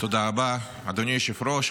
תודה רבה, אדוני היושב-ראש.